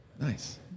Nice